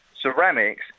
ceramics